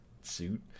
Suit